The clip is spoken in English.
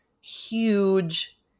huge